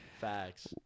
Facts